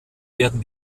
werden